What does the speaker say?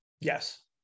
Yes